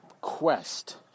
quest